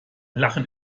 lachen